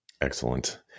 Excellent